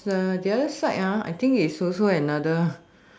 there's a the other side I think it's also another